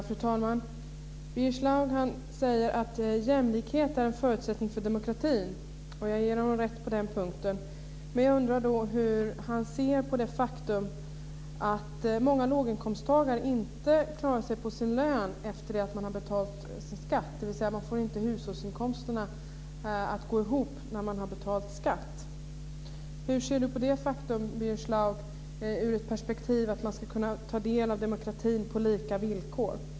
Fru talman! Birger Schlaug säger att jämlikhet är en förutsättning för demokratin. Och jag ger honom rätt på den punkten. Men jag undrar hur han ser på det faktum att många låginkomsttagare inte klarar sig på sin lön efter att de har betalat sin skatt, dvs. att de inte får hushållsinkomsterna att gå ihop när de har betalat skatt. Hur ser Birger Schlaug på detta faktum i perspektivet att man ska kunna ta del av demokratin på lika villkor?